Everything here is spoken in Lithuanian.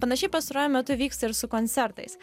panašiai pastaruoju metu vyksta ir su koncertais